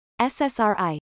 SSRI